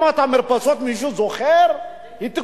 מישהו זוכר את רפורמת המרפסות?